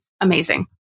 Amazing